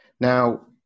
Now